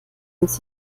und